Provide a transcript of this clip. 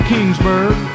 Kingsburg